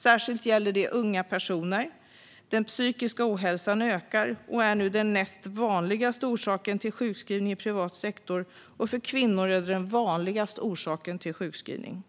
Särskilt gäller det unga personer. Den psykiska ohälsan ökar och är nu den näst vanligaste orsaken till sjukskrivning i privat sektor, och för kvinnor är det den vanligaste orsaken till sjukskrivning.